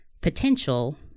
potential